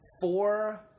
four